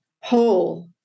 whole